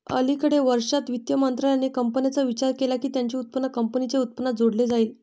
अलिकडे वर्षांत, वित्त मंत्रालयाने कंपन्यांचा विचार केला की त्यांचे उत्पन्न कंपनीच्या उत्पन्नात जोडले जाईल